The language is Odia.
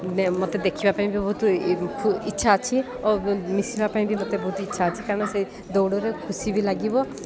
ମୋତେ ଦେଖିବା ପାଇଁ ବି ବହୁତ ଇଚ୍ଛା ଅଛି ଓ ମିଶିବା ପାଇଁ ବି ମୋତେ ବହୁତ ଇଚ୍ଛା ଅଛି କାରଣ ସେ ଦୌଡ଼ରେ ଖୁସି ବି ଲାଗିବ